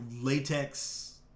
latex